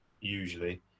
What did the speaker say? usually